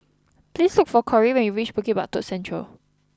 please look for Kori when you reach Bukit Batok Central